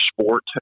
sport